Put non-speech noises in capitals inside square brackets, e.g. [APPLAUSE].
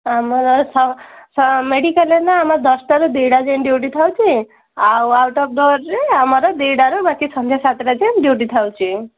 ଆମର [UNINTELLIGIBLE] ମେଡ଼ିକାଲରେ ନା ଆମର ଦଶଟାରୁ ଦୁଇଟା ଯାଏ ଡିୟୁଟି ଥାଉଛି ଆଉ ଆଉଟ୍ ଓଫ୍ ଡୋର୍ରେ ଆମର ଦୁଇଟାରୁ ବାକି ସନ୍ଧ୍ୟା ସାତଟା ଯାଏ ଡିୟୁଟି ଥାଉଛି